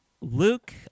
Luke